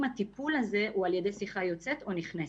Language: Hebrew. הטיפול הזה הוא על ידי שיחה יוצאת או נכנסת.